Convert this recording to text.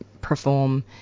perform